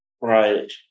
right